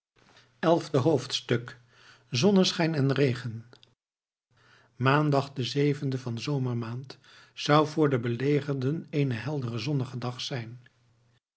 elfde hoofdstuk zonneschijn en regen maandag de zevende van zomermaand zou voor de belegerden een heldere zonnige dag zijn